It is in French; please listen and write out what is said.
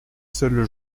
seules